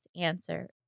answer